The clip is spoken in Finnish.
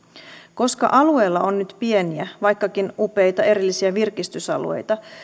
koska alueella on nyt pieniä vaikkakin upeita erillisiä virkistysalueita